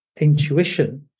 intuition